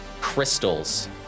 crystals